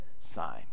sign